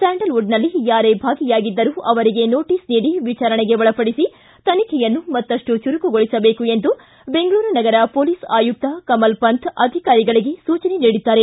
ಸ್ಕಾಂಡಲ್ವುಡನಲ್ಲಿ ಯಾರೇ ಭಾಗಿಯಾಗಿದ್ದರೂ ಅವರಿಗೆ ನೋಟಿಸ್ ನೀಡಿ ವಿಚಾರಣೆಗೆ ಒಳಪಡಿಸಿ ತನಿಖೆಯನ್ನು ಮತ್ತಷ್ಟು ಚುರುಕುಗೊಳಿಸಬೇಕು ಎಂದು ಬೆಂಗಳೂರು ನಗರ ಮೊಲೀಸ್ ಆಯುಕ್ತ ಕಮಲ್ ಪಂಥ್ ಅಧಿಕಾರಿಗಳಿಗೆ ಸೂಚನೆ ನೀಡಿದ್ದಾರೆ